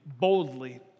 boldly